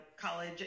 college